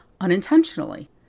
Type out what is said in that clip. unintentionally